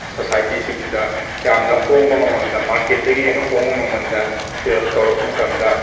ꯁꯣꯁꯥꯏꯇꯤꯁꯤꯡꯁꯤꯗ ꯌꯥꯝꯅ ꯍꯣꯡꯕ ꯃꯃꯜꯗ ꯃꯥꯔꯀꯦꯠꯇꯒꯤ ꯍꯦꯟꯅ ꯍꯣꯡꯕ ꯃꯃꯜꯗ ꯁꯦꯜꯁ ꯇꯧꯔꯛꯄ ꯃꯇꯝꯗ